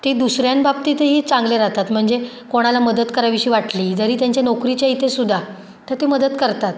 ते दुसऱ्यांबाबतीतही चांगले राहतात म्हणजे कोणाला मदत करावीशी वाटली जरी त्यांच्या नोकरीच्या इथेसुद्धा तर ती मदत करतात